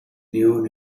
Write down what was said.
new